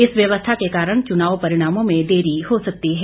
इस व्यवस्था के कारण चुनाव परिणामों में देरी हो सकती है